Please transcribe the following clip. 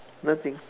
nothing